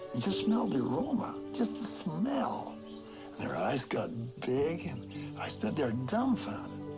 just smelled the aroma, just the smell, and their eyes got big. and i stood there dumbfounded.